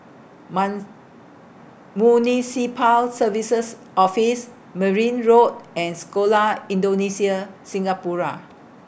Mount Municipal Services Office Merryn Road and Sekolah Indonesia Singapura